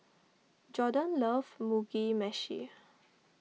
Jordon loves Mugi Meshi